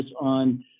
on